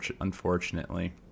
unfortunately